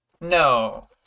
No